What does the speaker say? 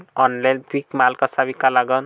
Online पीक माल कसा विका लागन?